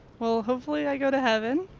well hopefully i go to heaven.